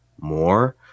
more